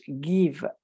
give